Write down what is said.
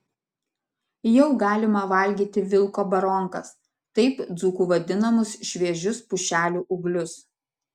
jau galima valgyti vilko baronkas taip dzūkų vadinamus šviežius pušelių ūglius